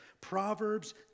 Proverbs